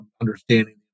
understanding